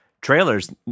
trailers